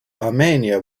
armenia